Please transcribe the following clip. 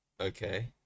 Okay